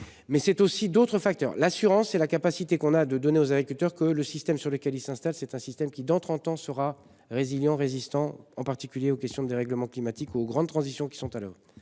Mais c'est aussi d'autres facteurs, l'assurance, c'est la capacité qu'on a de donner aux agriculteurs, que le système sur lequel il s'installe. C'est un système qui dans 30 ans sera résiliée en résistant en particulier aux questions dérèglement climatique aux grandes transitions qui sont à l'heure,